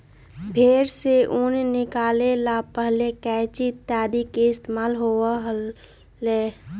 भेंड़ से ऊन निकाले ला पहले कैंची इत्यादि के इस्तेमाल होबा हलय